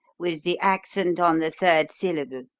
with the accent on the third syllable.